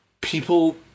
people